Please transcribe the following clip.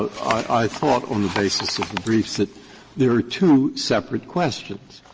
i thought on the basis of the briefs that there are two separate questions.